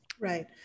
Right